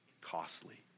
costly